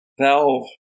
valve